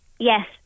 Yes